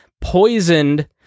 poisoned